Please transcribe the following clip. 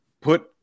put